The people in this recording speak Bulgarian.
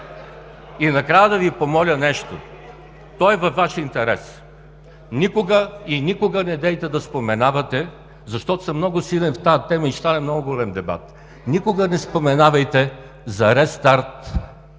И накрая да Ви помоля нещо. То е във Ваш интерес. Никога и никога недейте да споменавате – защото съм много силен в тази тема и ще стане много голям дебат, никога не споменавайте за рестарт